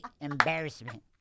embarrassment